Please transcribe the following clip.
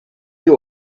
you